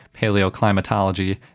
Paleoclimatology